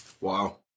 Wow